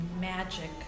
magic